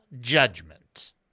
judgment